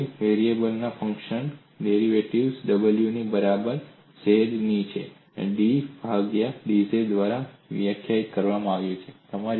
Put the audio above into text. એક જટિલ વેરિયેબલના ફંક્શનના ડેરિવેટિવ્ઝ w ની બરાબર z ની dw ભાગ્યા dz દ્વારા વ્યાખ્યાયિત કરવામાં આવે છે